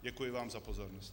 Děkuji vám za pozornost.